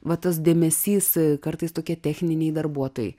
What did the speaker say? va tas dėmesys kartais tokie techniniai darbuotojai